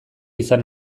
izan